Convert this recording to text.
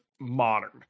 modern